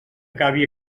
acabe